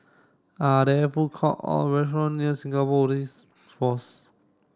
are there food court or restaurant near Singapore Police Force